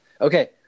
Okay